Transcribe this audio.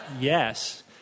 yes